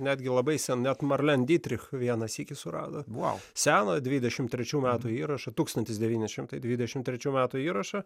netgi labai sen net marlen dytrich vieną sykį surado buvo senojo dvidešimt trečių metų įrašą tūkstantis devyni šimtai dvidešimt trečių metų įrašą